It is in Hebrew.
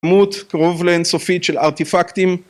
כמות קרוב לאינסופית של ארטיפקטים.